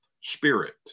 Spirit